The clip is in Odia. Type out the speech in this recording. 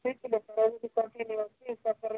ଦେଇଥିଲେ ଖାଇଥିଲି କଣ୍ଟିନ୍ୟୁଅସଲି ତାପରେ